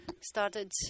started